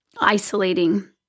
isolating